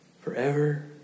forever